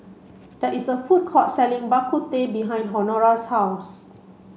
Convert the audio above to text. there is a food court selling Bak Kut Teh behind Honora's house